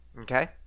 Okay